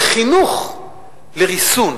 זה חינוך לריסון,